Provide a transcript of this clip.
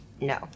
no